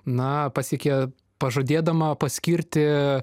na pasiekė pažadėdama paskirti